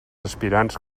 aspirants